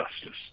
justice